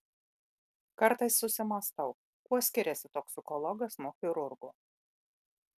kartais susimąstau kuo skiriasi toksikologas nuo chirurgo